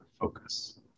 Focus